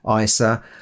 ISA